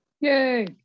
yay